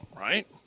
right